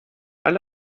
alle